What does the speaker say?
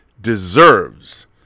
deserves